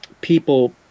people